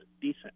decent